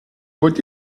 wollt